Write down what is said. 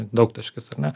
daugtaškis ar ne